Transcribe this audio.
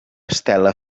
estela